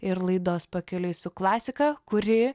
ir laidos pakeliui su klasika kuri